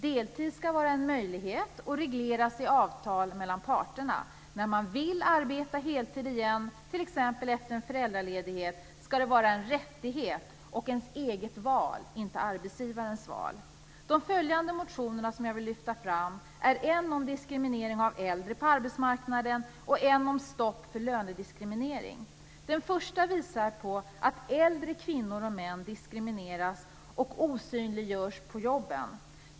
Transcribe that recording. Deltid ska vara en möjlighet och regleras i avtal mellan parterna. När man vill arbeta heltid igen, t.ex. efter en föräldraledighet, ska det vara en rättighet och ens eget val, inte arbetsgivarens val. De följande motioner som jag vill lyfta fram handlar om diskriminering av äldre på arbetsmarknaden och om stopp för lönediskriminering. Den första visar på att äldre kvinnor och män diskrimineras och osynliggörs på jobben.